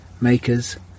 makers